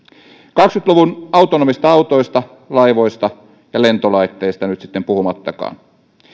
kaksituhattakaksikymmentä luvun autonomisista autoista laivoista ja lentolaitteista nyt sitten puhumattakaan